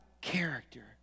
character